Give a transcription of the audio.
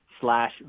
slash